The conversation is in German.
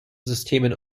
systemen